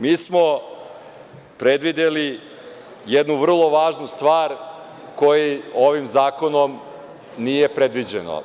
Mi smo predvideli jednu vrlo važnu stvar koja ovim zakonom nije predviđena.